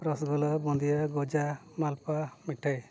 ᱨᱚᱥᱚᱜᱳᱞᱞᱟ ᱵᱩᱸᱫᱤᱭᱟᱹ ᱜᱚᱡᱟ ᱢᱟᱞᱯᱳᱣᱟ ᱢᱤᱴᱷᱟᱹᱭ